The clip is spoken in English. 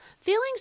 Feelings